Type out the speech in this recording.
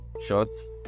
shots